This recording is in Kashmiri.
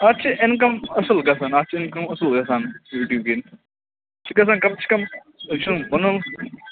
اَتھ چھِ اِنکَم اصل گژھان اَتھ چھِ اِنکَم اصل گژھان یوٗٹیٛوٗبِٮ۪ن چھِ گَژھان کَم سے کَم یہِ چھُ بَنومُت